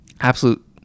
absolute